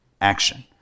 action